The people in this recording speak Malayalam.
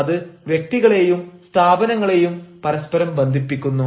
അത് വ്യക്തികളെയും സ്ഥാപനങ്ങളെയും പരസ്പരം ബന്ധിപ്പിക്കുന്നു